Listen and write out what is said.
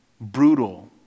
brutal